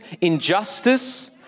injustice